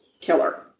Killer